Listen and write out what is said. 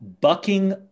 bucking